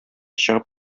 чыгып